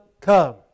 come